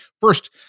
first